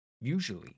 usually